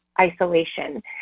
isolation